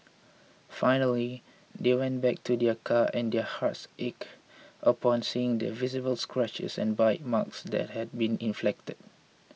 finally they went back to their car and their hearts ached upon seeing the visible scratches and bite marks that had been inflicted